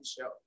Show